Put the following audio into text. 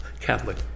Catholic